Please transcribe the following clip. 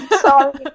Sorry